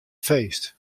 feest